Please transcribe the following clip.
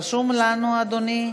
זה מה שרשום לנו, אדוני.